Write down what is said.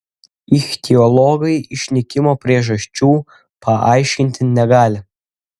ichtiologai išnykimo priežasčių paaiškinti negali